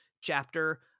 chapter